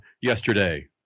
yesterday